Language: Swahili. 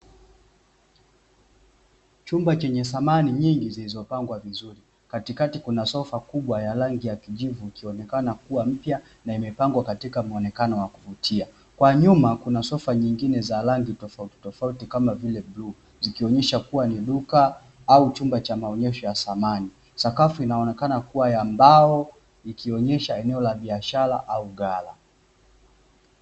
Chumba chenye samani nyingi zilizopangwa vizuri. Katikati kuna sofa kubwa ya rangi ya kijivu, ikionekana kuwa mpya na imepangwa katika muonekano wa kuvutia. Kwa nyuma kuna sofa nyingine za rangi tofautitofauti kama vile bluu, zikionyesha kuwa ni duka au chumba cha maonyesho ya samani. Sakafu inaonekana kuwa ya mbao ikionyesha eneo la biashara au ghala.